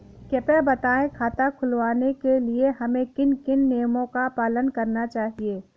कृपया बताएँ खाता खुलवाने के लिए हमें किन किन नियमों का पालन करना चाहिए?